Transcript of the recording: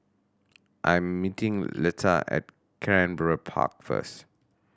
I am meeting Letta at Canberra Park first